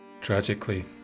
Tragically